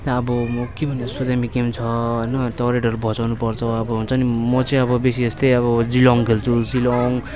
अब के भन्नु यस्तो दामी गेम छ होइन टरेटहरू बचाउनु पर्छ अब हुन्छ नि म चाहिँ अब बेसी जस्तै अब जिलङ खेल्छु जिलङ